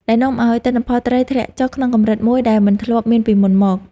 ដែលនាំឱ្យទិន្នផលត្រីធ្លាក់ចុះក្នុងកម្រិតមួយដែលមិនធ្លាប់មានពីមុនមក។